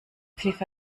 pfiff